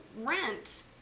rent